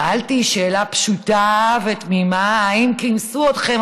שאלתי שאלה פשוטה ותמימה: האם כינסו אתכם,